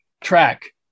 track